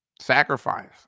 sacrifice